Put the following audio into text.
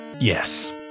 yes